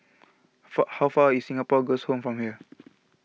far how far is Singapore Girls' Home from here